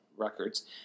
Records